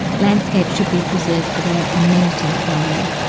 landscapes should be preserved for their amenity value.